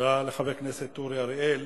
תודה לחבר הכנסת אורי אריאל.